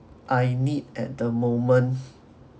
I need at the moment